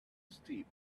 steep